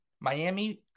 Miami